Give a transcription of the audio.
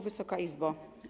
Wysoka Izbo!